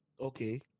Okay